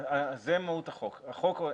זו מהות החוק.